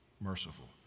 merciful